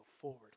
forward